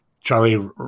Charlie